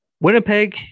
Winnipeg